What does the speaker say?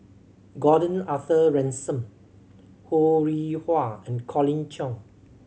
Gordon Arthur Ransome Ho Rih Hwa and Colin Cheong